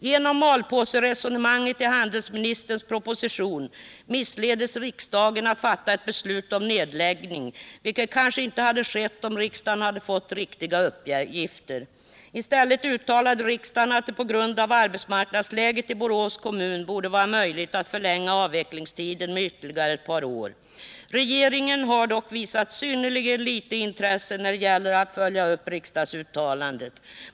Genom malpåseresonemanget i handelsministerns proposition missleddes riksdagen att fatta ett beslut om nedläggning, vilket kanske inte hade skett om riksdagen hade fått riktiga uppgifter. I stället uttalade riksdagen att det på grund av arbetsmarknadsläget i Borås kommun borde vara möjligt att förlänga avvecklingstiden med ytterligar ett par år. Regeringen har dock visat synnerligen litet intresse när det gäller att följa upp riksdagsuttalandet.